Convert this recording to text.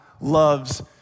loves